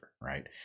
Right